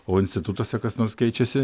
o institutuose kas nors keičiasi